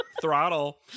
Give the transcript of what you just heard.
throttle